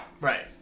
Right